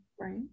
Right